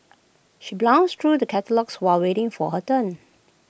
she browsed through the catalogues while waiting for her turn